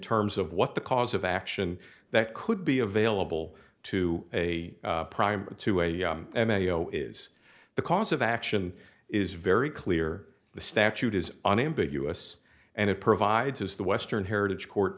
terms of what the cause of action that could be available to a prime to a m a o is the cause of action is very clear the statute is unambiguous and it provides is the western heritage court